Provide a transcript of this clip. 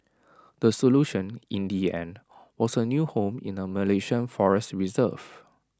the solution in the end was A new home in A Malaysian forest reserve